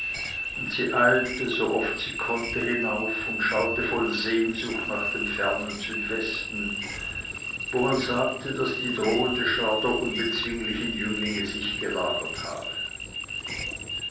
und sie eilte sooft sie konnte hinauf und schaute voll sehnsucht nach dem fernen südwesten wo man sagte daß die drohende schar der unbezwinglichen jünglinge sich gelagert habe